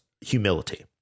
humility